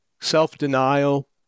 self-denial